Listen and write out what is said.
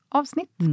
avsnitt